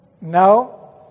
No